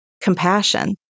compassion